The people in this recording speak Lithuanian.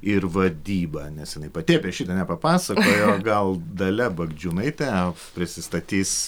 ir vadyba nes jinai pati apie šitą nepapasakojo o gal dalia bagdžiūnaitė prisistatys